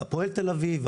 הפועל תל אביב,